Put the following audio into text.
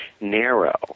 narrow